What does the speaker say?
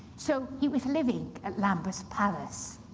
so he was living at lambeth palace.